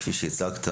כפי שהצגת,